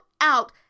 out